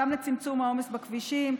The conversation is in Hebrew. גם לצמצום העומס בכבישים,